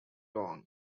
long